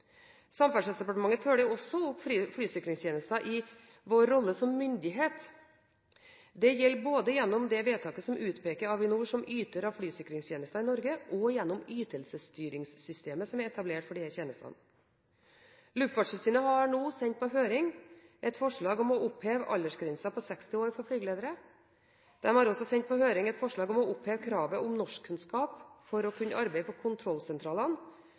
Samferdselsdepartementet følger også opp flysikringstjenesten i vår rolle som myndighet. Det gjelder både gjennom det vedtaket som utpeker Avinor som yter av flysikringstjenester i Norge, og gjennom ytelsesstyringssystemet som er etablert for disse tjenestene. Luftfartstilsynet har nå sendt på høring et forslag om å oppheve aldersgrensen på 60 år for flygeledere. De har også sendt på høring et forslag om å oppheve kravet om norskkunnskaper for å kunne arbeide på kontrollsentralene.